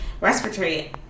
respiratory